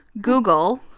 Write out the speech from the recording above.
Google